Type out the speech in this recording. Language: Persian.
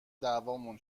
دعوامون